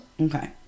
Okay